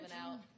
out